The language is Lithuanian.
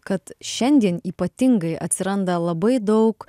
kad šiandien ypatingai atsiranda labai daug